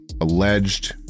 alleged